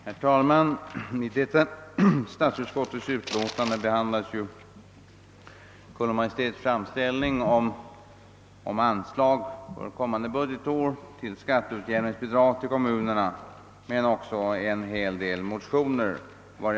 Herr talman! I statsutskottets utlåtande nr 120 behandlas Kungl. Maj:ts framställning om anslag för kommande budgetår till skatteutjämningsbidrag till kommunerna. Det föreligger också en hel del motioner i ämnet.